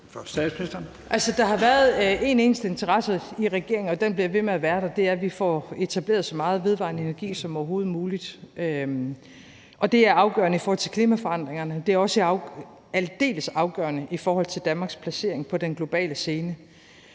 der har været én eneste interesse fra regeringens side, og den bliver ved med at være der. Det er, at vi får etableret så meget vedvarende energi som overhovedet muligt. Det er afgørende i forhold til klimaforandringerne, og det er også aldeles afgørende i forhold til Danmarks placering på den globale scene.